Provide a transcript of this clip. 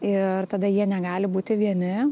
ir tada jie negali būti vieni